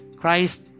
Christ